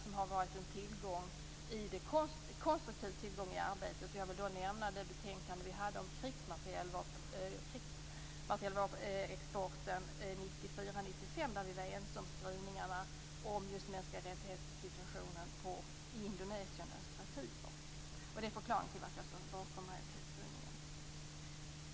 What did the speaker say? Det har varit en konstruktiv tillgång i arbetet. Jag vill nämna det betänkande vi hade om krigsmaterielexporten 1994/95. Där var vi ense om skrivningarna om situationen för de mänskliga rättigheterna i Indonesien och Östra Timor. Det är förklaringen till varför jag står bakom majoritetsskrivningen.